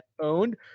owned